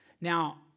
Now